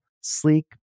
sleek